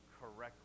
correctly